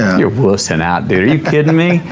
you're wussing out dude, are you kidding me?